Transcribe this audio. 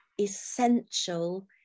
essential